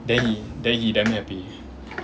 then he then he damn happy